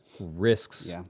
risks